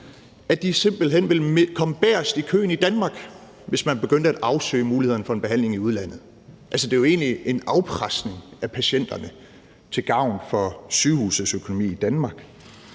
at de simpelt hen ville komme bagerst i køen i Danmark, hvis man begyndte at afsøge mulighederne for en behandling i udlandet. Altså, det er jo egentlig en afpresning af patienterne til gavn for sygehusets økonomi i Danmark.